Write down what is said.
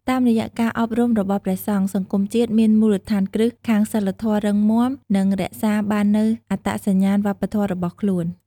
តាមរយៈការអប់រំរបស់ព្រះសង្ឃ សង្គមជាតិមានមូលដ្ឋានគ្រឹះខាងសីលធម៌រឹងមាំ និងរក្សាបាននូវអត្តសញ្ញាណវប្បធម៌របស់ខ្លួន។